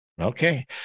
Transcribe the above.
okay